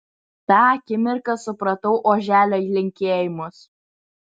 tą akimirką supratau oželio linkėjimus